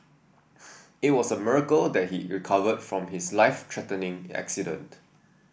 it was a miracle that he recovered from his life threatening accident